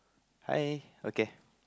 hi okay